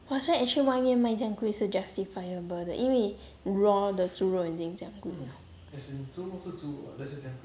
!wah! 所以 actually 外面卖这样贵是 justifiable 的因为 raw 的猪肉都已经这样贵 liao